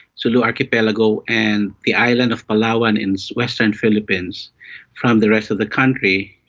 sulu archipelago and the island of palawan in so western philippines from the rest of the country.